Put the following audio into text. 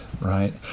right